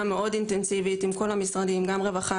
מאוד אינטנסיבית עם כל המשרדים: גם משרד הרווחה,